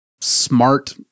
smart